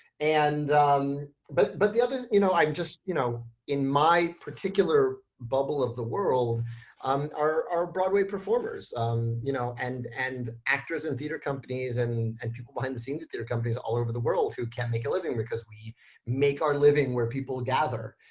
and um but but the other you know um you know, in my particular bubble of the world um are broadway performers um you know and and actors and theater companies, and and people behind the scenes at theater companies all over the world, who can't make a living because we make our living where people gather.